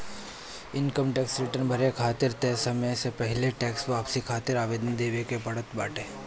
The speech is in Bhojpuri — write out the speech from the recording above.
इनकम टेक्स रिटर्न भरे खातिर तय समय से पहिले टेक्स वापसी खातिर आवेदन देवे के पड़त बाटे